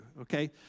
okay